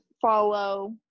follow